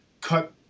cut